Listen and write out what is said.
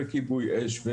כיבוי אש,